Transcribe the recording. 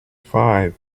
five